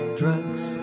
drugs